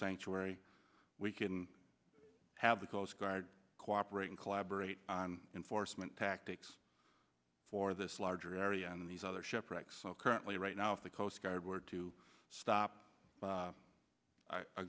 sanctuary we can have the coast guard cooperating collaborate on enforcement tactics for this larger area and these other shipwrecks so currently right now if the coast guard were to stop a